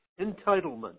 entitlement